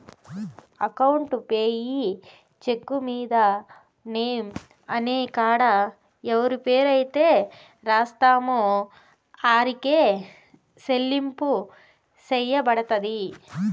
account payee cheque మీద name అనే కాడ ఎవరి పేరైతే రాస్తామో ఆరికే సెల్లింపు సెయ్యబడతది